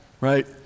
right